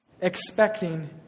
expecting